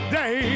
day